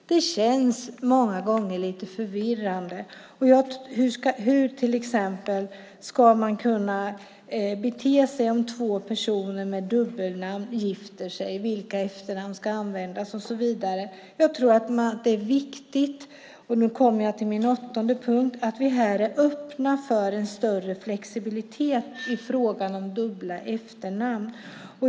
Det känns många gånger lite förvirrande till exempel vad som ska gälla om två personer med dubbelnamn gifter sig, vilka efternamn som ska användas och så vidare. Jag tror att det är viktigt - och nu kommer jag till min åttonde punkt - att vi är öppna för en större flexibilitet i frågan om dubbla efternamn.